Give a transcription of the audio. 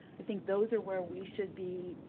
i think those are where we should be,